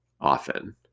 often